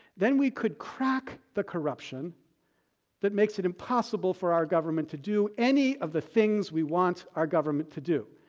then we could crack the corruption that makes it impossible for our government to do any of the things we want our government to do.